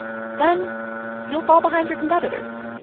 then you'll fall behind your competitors.